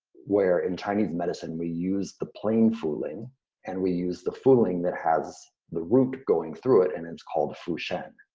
where in chinese medicine we use the plain fu ling and we use the fu ling that has the root going through it, and it's called fu shen.